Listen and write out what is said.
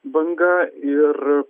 banga ir